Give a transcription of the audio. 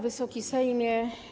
Wysoki Sejmie!